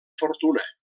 fortuna